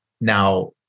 Now